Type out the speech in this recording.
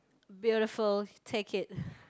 beautiful take it